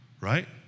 right